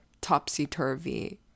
topsy-turvy